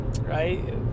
right